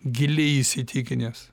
giliai įsitikinęs